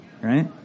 right